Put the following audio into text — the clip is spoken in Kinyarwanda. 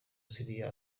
syria